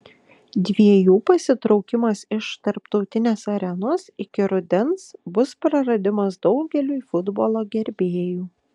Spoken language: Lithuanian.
dviejų pasitraukimas iš tarptautinės arenos iki rudens bus praradimas daugeliui futbolo gerbėjų